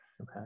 okay